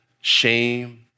shame